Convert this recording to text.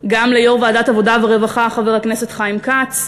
גם ליושב-ראש ועדת העבודה והרווחה חבר הכנסת חיים כץ,